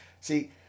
See